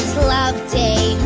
love day,